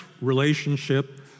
relationship